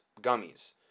gummies